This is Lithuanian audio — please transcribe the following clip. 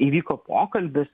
įvyko pokalbis